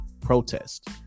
protest